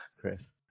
Chris